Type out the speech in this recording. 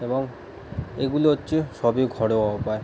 এবং এগুলো হচ্ছে সবই ঘরোয়া উপায়